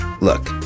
look